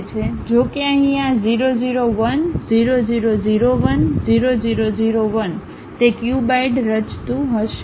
જો કે અહીં આ 0 0 1 0 0 0 1 0 0 0 1 તે ક્યુબઇડ રચતું હશે